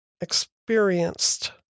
experienced